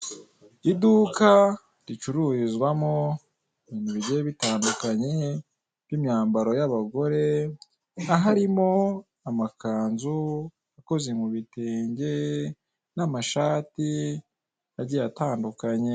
Iduka ricururizwamo ibintu bigiye bitandukanye nk'imyambaro y'abagore aho arimo amakanzu akoze mu bitenge n'amashati agiye atandukanye.